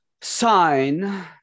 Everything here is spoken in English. sign